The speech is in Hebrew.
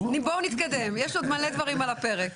בואו נתקדם יש עוד מלא דברים על הפרק.